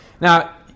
Now